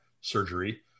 surgery